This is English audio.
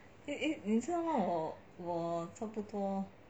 eh eh 你知道吗我我差不多